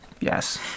Yes